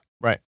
Right